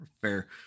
fair